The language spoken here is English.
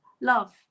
Love